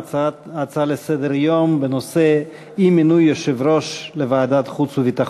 ההצעה לסדר-יום היא בנושא: אי-מינוי יושב-ראש לוועדת החוץ והביטחון.